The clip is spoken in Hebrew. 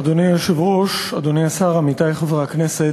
אדוני היושב-ראש, אדוני השר, עמיתי חברי הכנסת,